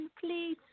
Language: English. please